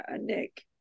Nick